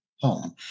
home